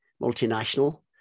multinational